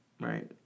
right